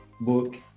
Book